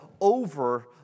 over